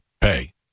pay